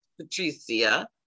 patricia